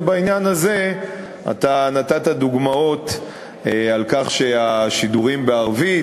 ובעניין הזה הבאת דוגמאות על כך שהשידורים בערבית,